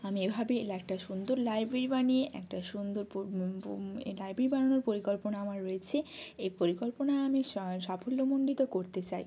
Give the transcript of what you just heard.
আমি এভাবেই একটা সুন্দর লাইব্রেরি বানিয়ে একটা সুন্দর এ লাইব্রেরি বানানোর পরিকল্পনা আমার রয়েছে এই পরিকল্পনা আমি সাফল্যমণ্ডিত করতে চাই